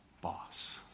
boss